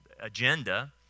agenda